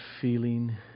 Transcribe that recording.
feeling